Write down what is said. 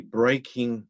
breaking